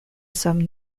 somme